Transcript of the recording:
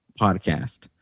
podcast